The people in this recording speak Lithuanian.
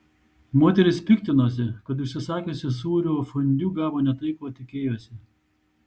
moteris piktinosi kad užsisakiusi sūrio fondiu gavo ne tai ko tikėjosi